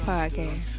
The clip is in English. Podcast